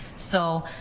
so